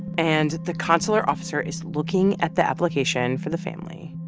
and the consular officer is looking at the application for the family.